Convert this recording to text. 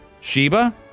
Sheba